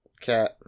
cat